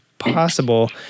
possible